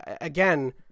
Again